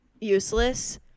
Useless